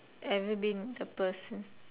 ever been a person